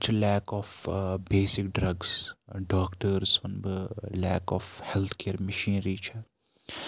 تَتہِ چھُ lack of basic drugs doctors وَنہٕ بہٕ lack of health care machinery چھِ